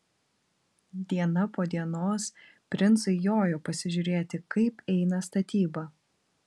diena po dienos princai jojo pasižiūrėti kaip eina statyba